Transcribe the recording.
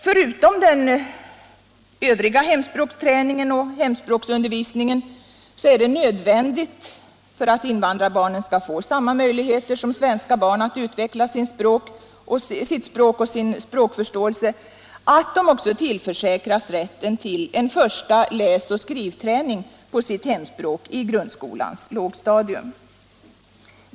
Förutom den övriga hemspråksträningen och hemspråksundervisningen är det nödvändigt, för att invandrarbarnen skall få samma möjligheter som svenska barn att utveckla sitt språk och sin språkförståelse, att de tillförsäkras rätten till en första läs och skrivträning på sitt hemspråk i grundskolans lågstadium.